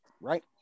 Right